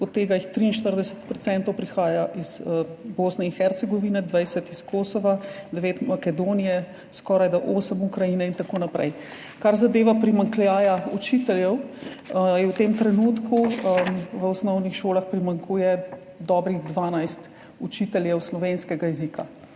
od tega jih 43 % prihaja iz Bosne in Hercegovine, 20 % iz Kosova, 9 % iz Makedonije, skorajda 8 % iz Ukrajine in tako naprej. Kar zadeva primanjkljaja učiteljev – v tem trenutku v osnovnih šolah primanjkuje dobrih 12 učiteljev slovenskega jezika